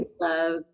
love